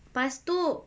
pas tu